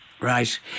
Right